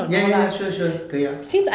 ya ya ya sure sure 可以啊